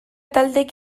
taldek